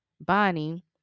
bonnie